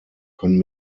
können